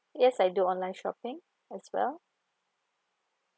yes I do online shopping as well